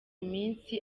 iminsi